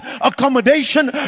accommodation